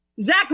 zach